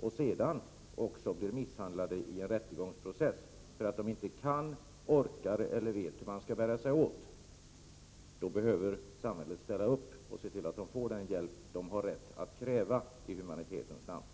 och sedan också blir misshandlade i en rättegångsprocess för att de inte kan, orkar eller vet hur de skall bära sig åt, behöver samhället ställa upp och se till att de får den hjälp de har rätt att kräva i humanitetens namn.